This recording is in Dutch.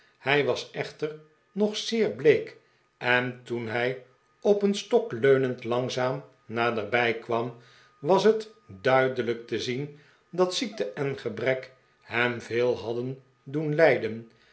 hij was eehter nog zeer bleek en toen hij op een stok leunend langzaam naderbij kwam was het duidelijk te zien dat ziekte en gebrek hem veel hadden doen lijden